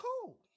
Cool